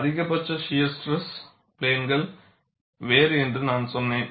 அதிகபட்ச shear stress பிளேன்கள் வேறு என்று நான் சொன்னேன்